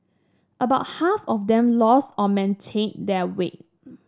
about half of them lost or maintained their weight